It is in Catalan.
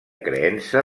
creença